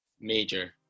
major